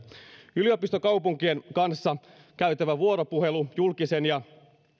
yliopistokaupunkien kanssa käytävä vuoropuhelu julkisen ja